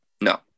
No